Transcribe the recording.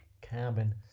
cabin